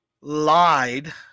lied